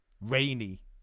rainy